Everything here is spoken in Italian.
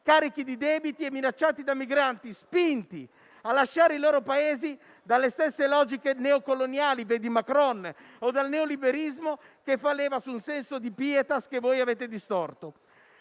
carichi di debiti e minacciati da migranti spinti a lasciare i loro Paesi dalle stesse logiche neocoloniali (vedi Macron) o dal neoliberismo, che fa leva su un senso di *pietas* che avete distorto.